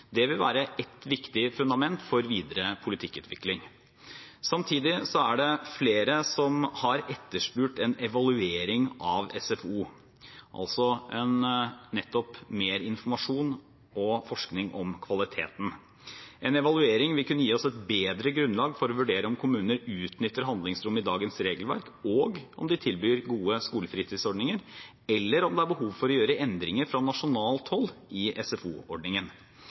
Det vil være et viktig fundament for videre politikkutvikling. Samtidig er det flere som har etterspurt en evaluering av SFO, altså nettopp mer informasjon og forskning om kvaliteten. En evaluering vil kunne gi oss et bedre grunnlag for å vurdere om kommuner utnytter handlingsrommet i dagens regelverk og om de tilbyr gode skolefritidsordninger, eller om det er behov for å gjøre endringer fra nasjonalt hold i